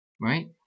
right